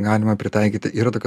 galima pritaikyti yra tokia